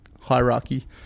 hierarchy